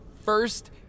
first